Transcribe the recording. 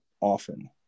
often